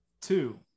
Two